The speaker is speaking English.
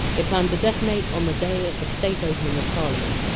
they planned to detonate on the day of the state opening of parliament,